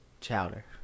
Chowder